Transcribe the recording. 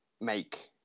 make